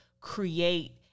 create